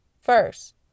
first